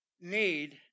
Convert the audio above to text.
need